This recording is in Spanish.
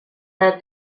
edad